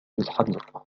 الحديقة